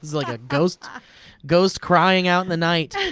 like a ghost ghost crying out in the night.